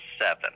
seven